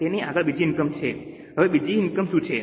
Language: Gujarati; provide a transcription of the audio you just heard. તેની આગળ બીજી ઇનકમ છે હવે બીજી ઇનકમ શું છે